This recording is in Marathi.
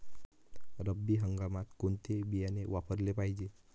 रब्बी हंगामात कोणते बियाणे वापरले पाहिजे?